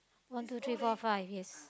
one two three four five yes